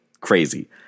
crazy